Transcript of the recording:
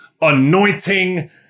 anointing